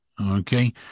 Okay